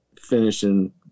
finishing